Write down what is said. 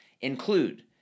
include